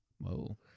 Whoa